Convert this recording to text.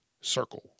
circle